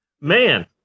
Man